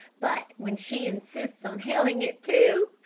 but when she insists on inhaling it, too!